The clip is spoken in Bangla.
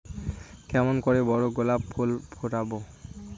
কেমন করে বড় গোলাপ ফুল ফোটাব?